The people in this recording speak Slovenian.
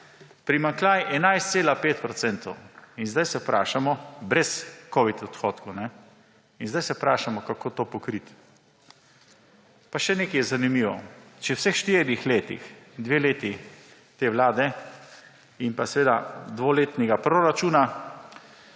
primanjkljaj 11,5 procenta. Brez covid odhodkov. In zdaj se vprašamo, kako to pokriti. Pa še nekaj je zanimivo. Če v vseh štirih letih – dve leti te vlade in pa seveda dvoletnega proračuna